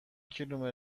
کیلومتر